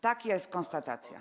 Taka jest konstatacja.